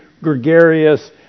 gregarious